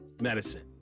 medicine